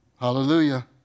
Hallelujah